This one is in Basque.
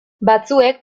batzuek